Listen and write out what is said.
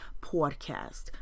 podcast